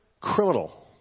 criminal